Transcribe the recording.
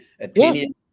opinion